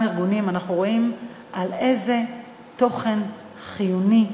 ארגונים אנחנו רואים איזה תוכן חיוני,